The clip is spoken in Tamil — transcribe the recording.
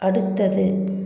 அடுத்தது